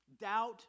doubt